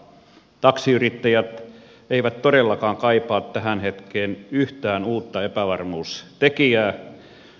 taksiyrittäjät eivät todellakaan kaipaa tähän hetkeen yhtään uutta epävarmuustekijää